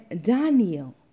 Daniel